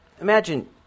Imagine